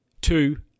two